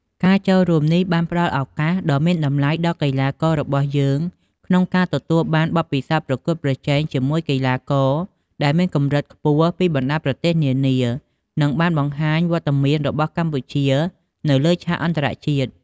ការចូលរួមនេះបានផ្តល់ឱកាសដ៏មានតម្លៃដល់កីឡាកររបស់យើងក្នុងការទទួលបានបទពិសោធន៍ប្រកួតប្រជែងជាមួយកីឡាករដែលមានកម្រិតខ្ពស់ពីបណ្តាប្រទេសនានា និងបានបង្ហាញវត្តមានរបស់កម្ពុជានៅលើឆាកអន្តរជាតិ។